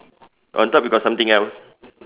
on top you got something else